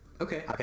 Okay